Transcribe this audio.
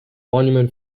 monument